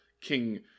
King